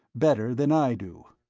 better than i do.